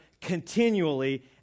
continually